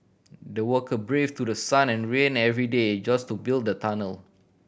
the worker brave through sun and rain every day just to build the tunnel